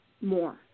more